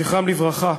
זכרם לברכה,